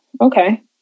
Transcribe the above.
okay